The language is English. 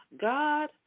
God